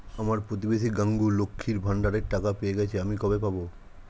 আমার প্রতিবেশী গাঙ্মু, লক্ষ্মীর ভান্ডারের টাকা পেয়ে গেছে, আমি কবে পাব?